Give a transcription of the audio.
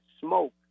smoke